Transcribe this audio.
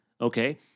okay